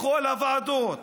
בכל הוועדות,